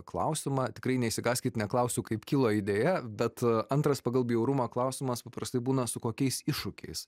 klausimą tikrai neišsigąskit neklausiu kaip kilo idėja bet antras pagal bjaurumą klausimas paprastai būna su kokiais iššūkiais